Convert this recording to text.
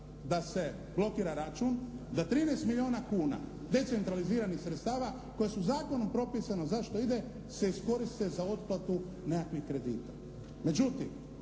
da se blokira račun, da 13 milijuna kuna decentraliziranih sredstava koja su zakonom propisana za što ide se iskoriste za otplatu nekakvih kredita.